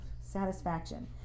satisfaction